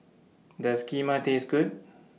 Does Kheema Taste Good